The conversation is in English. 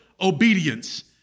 obedience